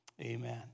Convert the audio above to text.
Amen